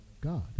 God